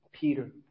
Peter